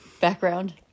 Background